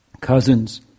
cousins